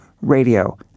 radio